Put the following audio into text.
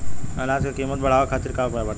अनाज क कीमत बढ़ावे खातिर का उपाय बाटे?